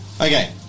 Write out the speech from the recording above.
Okay